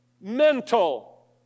mental